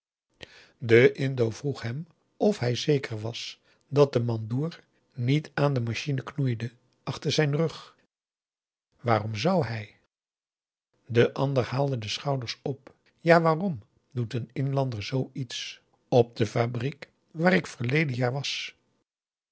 de indo vroeg hem of hij zeker was dat de mandoer niet aan de machine knoeide achter zijn rug waarom zou hij de ander haalde de schouders op augusta de wit orpheus in de dessa ja wàarom doet een inlander zoo iets op de fabriek waar ik verleden jaar was